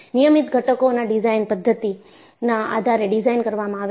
નિયમિત ઘટકોના ડિઝાઇન પદ્ધતિના આધારે ડિઝાઇન કરવામાં આવે છે